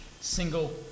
single